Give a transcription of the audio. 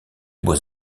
beaux